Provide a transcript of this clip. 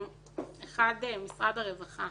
1. משרד הרווחה